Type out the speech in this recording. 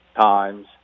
times